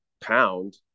pound